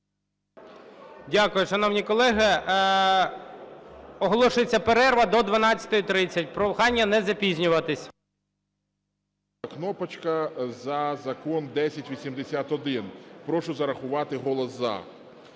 Дякую. Шановні колеги, оголошується перерва до 12:30. Прохання не запізнюватися.